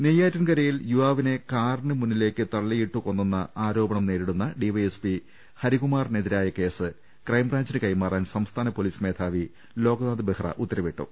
നെയ്യാറ്റിൻകരയിൽ യുവാവിനെ കാറിന് മുന്നിലേക്ക് തള്ളിയിട്ടു കൊന്നെന്ന ആരോപണം നേരിടുന്ന ഡിവൈഎസ്പി ഹരികുമാറി നെതിരായ കേസ് ക്രൈംബ്രാഞ്ചിന് കൈമാറാൻ സംസ്ഥാന പൊലീസ് മേധാവി ലോക്നാഥ് ബെഹ്റ ഉത്തരവിട്ടു